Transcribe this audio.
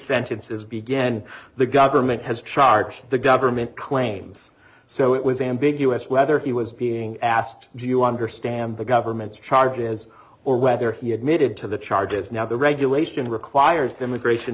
sentences began the government has charged the government claims so it was ambiguous whether he was being asked do you understand the government's charges or whether he admitted to the charges now the regulation requires the immigration